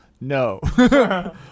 No